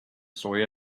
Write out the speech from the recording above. story